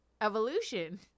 evolution